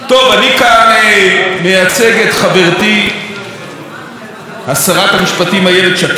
אני כאן מייצג את חברתי שרת המשפטים איילת שקד,